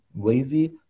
lazy